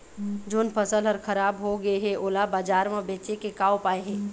जोन फसल हर खराब हो गे हे, ओला बाजार म बेचे के का ऊपाय हे?